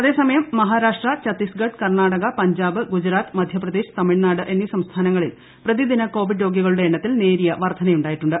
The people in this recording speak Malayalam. അതേസമയം മഹാരാഷ്ട്ര ഛത്തീസ്ഗഢ് കർണാടക പഞ്ചാബ് ഗുജറാത്ത് മധ്യപ്രദേശ് തമിഴ്നാട് എന്നീ സംസ്ഥാനങ്ങളിൽ പ്രതിദിന കോവിഡ് രോഗികളുടെ എണ്ണത്തിൽ നേരിയ വർധനവുണ്ടായിട്ടുണ്ട്